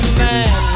man